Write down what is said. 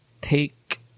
take